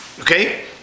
Okay